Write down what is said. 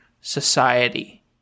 society